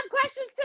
questions